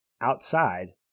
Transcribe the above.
outside